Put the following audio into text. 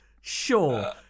Sure